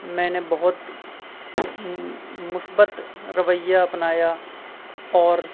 میں نے بہت مثبت رویہ اپنایا اور